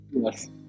Yes